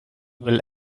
will